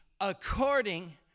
according